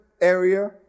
area